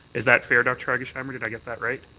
is that fair, dr. hargesheimer? did i get that right?